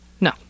No